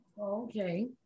Okay